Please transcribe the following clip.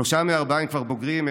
שלושה מהארבעה הם כבר בוגרים.